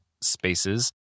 spaces